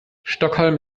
stockholm